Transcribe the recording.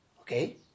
Okay